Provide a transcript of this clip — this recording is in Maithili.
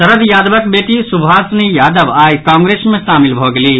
शरद यादवक बेटी शुभाषिनी यादव आई कांग्रेस मे शामिल भऽ गेलिह